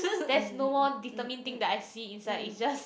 there's no more determined thing that I see inside is just